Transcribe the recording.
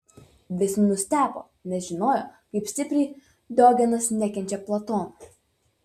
visi nustebo nes žinojo kaip stipriai diogenas nekenčia platono